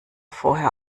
vorher